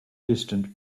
distant